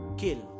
kill